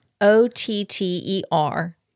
O-T-T-E-R